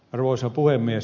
arvoisa puhemies